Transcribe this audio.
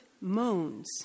moans